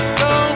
go